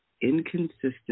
inconsistent